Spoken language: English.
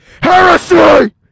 Heresy